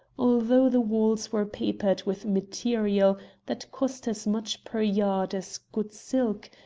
although the walls were papered with material that cost as much per yard as good silk,